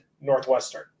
Northwestern